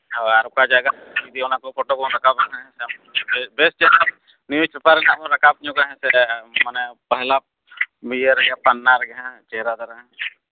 ᱦᱮᱸ ᱟᱨ ᱚᱠᱟ ᱡᱟᱭᱜᱟ ᱠᱷᱚᱱ ᱠᱚ ᱤᱫᱤᱭᱮᱫᱟ ᱚᱱᱟ ᱠᱚ ᱡᱟᱭᱜᱟ ᱨᱮᱱᱟᱜ ᱯᱷᱳᱴᱳ ᱵᱚᱱ ᱨᱟᱠᱟᱵᱟ ᱛᱟᱦᱮᱸ ᱵᱮᱥ ᱵᱮᱥ ᱧᱚᱜᱟᱜ ᱱᱤᱭᱩᱡᱽ ᱯᱮᱯᱟᱨ ᱨᱮᱦᱚᱸ ᱨᱟᱠᱟᱵᱽ ᱧᱚᱜᱚᱜᱼᱟ ᱥᱮ ᱢᱟᱱᱮ ᱯᱮᱦᱞᱟ ᱤᱭᱟᱹ ᱨᱮᱭᱟᱜ ᱪᱮᱦᱨᱟ ᱫᱷᱟᱨᱟ